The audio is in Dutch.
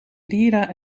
lira